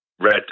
red